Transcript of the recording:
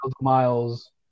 miles